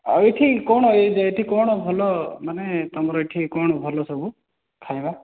ଆଉ ଏଠି କ'ଣ ଏଇ ଯେ ଏଠି କ'ଣ ଭଲ ମାନେ ତୁମର ଏଠି କ'ଣ ଭଲ ସବୁ ଖାଇବା